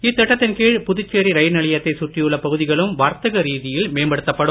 இத்திட்டத்தின் கீழ் புதுச்சேரி ரயில் நிலையத்தை சுற்றியுள்ள பகுதிகளும் வர்த்தக ரீதியில் மேம்படுத்தப்படும்